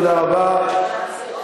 תודה רבה.